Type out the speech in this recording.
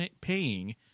paying